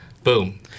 Boom